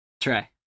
Try